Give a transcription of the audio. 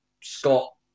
Scott